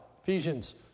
Ephesians